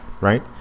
Right